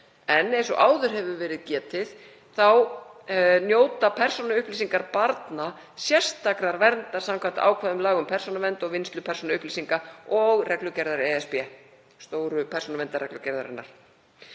en eins og áður hefur verið getið þá njóta persónuupplýsingar barna sérstakrar verndar samkvæmt ákvæðum laga um persónuvernd og vinnslu persónuupplýsinga og reglugerðar ESB, stóru persónuverndarreglugerðarinnar.